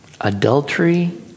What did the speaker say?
Adultery